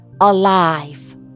alive